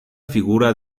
figura